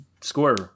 score